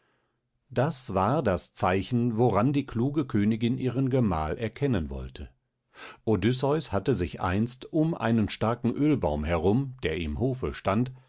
das war das zeichen woran die kluge königin ihren gemahl erkennen wollte odysseus hatte sich einst um einen starken ölbaum herum der im hofe stand